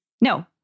No